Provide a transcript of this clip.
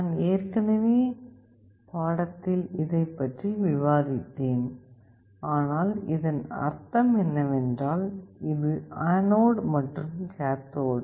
நான் ஏற்கனவே பாடத்தில் இதைப் பற்றி விவாதித்தேன் ஆனால் இதன் அர்த்தம் என்னவென்றால் இது ஆனோட் மற்றும் இது கேத்தோடு